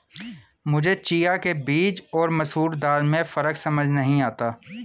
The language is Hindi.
मुझे चिया के बीज और मसूर दाल में फ़र्क समझ नही आता है